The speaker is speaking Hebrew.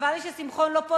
וחבל לי ששמחון לא פה,